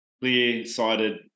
clear-sighted